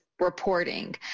reporting